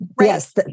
Yes